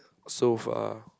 so far